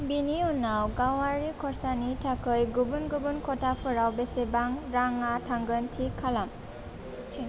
बिनि उनाव गावारि खरसानि थाखाय गुबुन गुबुन खथाफोराव बेसेबां राङा थांगोन थि खालाम